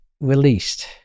released